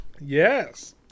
Yes